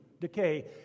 decay